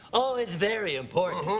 oh, it's very important. mm-hmm.